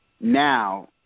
now